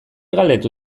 galdetu